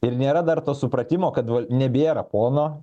ir nėra dar to supratimo kad nebėra pono